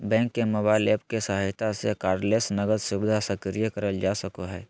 bank के mobile app के सहायता से कार्डलेस नकद सुविधा सक्रिय करल जा सको हय